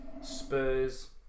Spurs